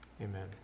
Amen